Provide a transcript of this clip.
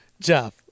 Jeff